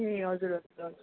ए हजुर हजुर हजुर